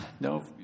no